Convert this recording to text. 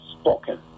spoken